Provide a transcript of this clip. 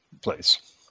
place